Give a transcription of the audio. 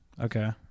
Okay